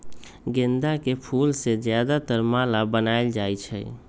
गेंदा के फूल से ज्यादातर माला बनाएल जाई छई